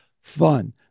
fun